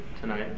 tonight